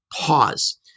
pause